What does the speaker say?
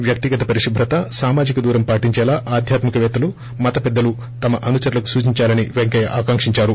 వ్యక్తేగత పరిశుభ్రత సామాజిక దూరం పాటించేలా ఆధ్యాత్మిక పేత్తలు మత పెద్దలు తమ అనుచరులకు సూచిందాలని పెంకయ్య ఆకాంక్షించారు